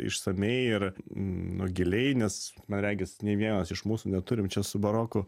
išsamiai ir nu giliai nes man regis nei vienas iš mūsų neturim čia su baroku